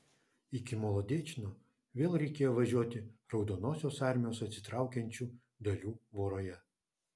iki molodečno vėl reikėjo važiuoti raudonosios armijos atsitraukiančių dalių voroje